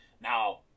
Now